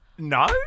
No